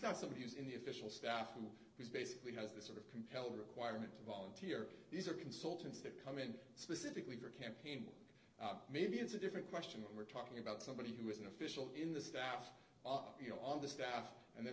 not somebody who's in the official staff and he's basically has this sort of compelled requirement to volunteer these are consultants that come in specifically for a campaign maybe it's a different question we're talking about somebody who is an official in the staff you know on the staff and then